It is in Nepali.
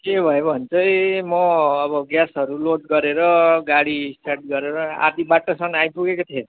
के भयो भने चाहिँ म अब ग्यासहरू लोड गरेर गाडी स्टार्ट गरेर आधी बाटोसम्म आइपुगेको थिएँ